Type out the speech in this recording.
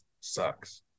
sucks